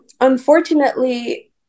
unfortunately